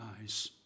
eyes